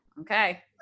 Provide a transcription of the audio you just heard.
Okay